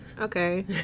Okay